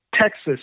Texas